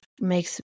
makes